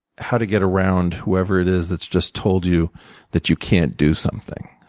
how to get around whoever it is that's just told you that you can't do something?